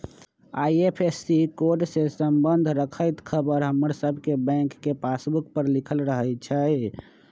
IFSC code से संबंध रखैत ख़बर हमर सभके बैंक के पासबुक पर लिखल रहै छइ